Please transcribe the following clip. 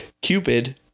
Cupid